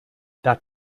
that